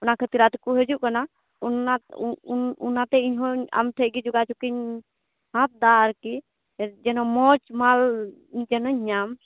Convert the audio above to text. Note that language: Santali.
ᱚᱱᱟ ᱠᱷᱟᱹᱛᱤᱨᱟᱜ ᱛᱮᱠᱚ ᱦᱤᱡᱩᱜ ᱠᱟᱱᱟ ᱚᱱᱟ ᱚᱱ ᱚᱱᱟᱛᱮ ᱤᱧᱦᱚᱸᱧ ᱟᱢᱴᱷᱮᱱ ᱜᱮ ᱡᱳᱜᱟᱡᱳᱜᱽ ᱤᱧ ᱦᱟᱛ ᱮᱫᱟ ᱟᱨᱠᱤ ᱡᱮᱱᱚ ᱢᱚᱡᱽ ᱢᱟᱞ ᱡᱮᱱᱚᱧ ᱧᱟᱢ